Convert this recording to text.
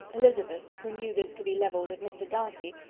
elizabeth, who knew this to be levelled at mr. darcy,